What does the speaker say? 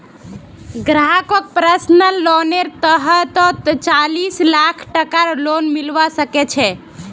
ग्राहकक पर्सनल लोनेर तहतत चालीस लाख टकार लोन मिलवा सके छै